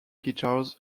guitars